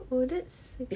oh that's